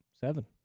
Seven